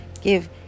give